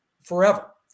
forever